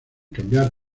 cambiar